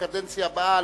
בקדנציה הבאה,